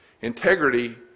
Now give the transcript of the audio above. Integrity